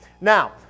Now